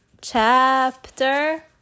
Chapter